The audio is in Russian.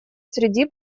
среди